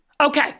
okay